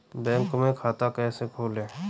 Bank में खाता कैसे खोलें?